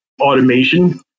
automation